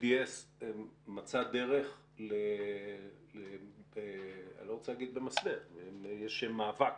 ה-BDS מצא דרך, אני לא רוצה להגיד במסווה, למאבק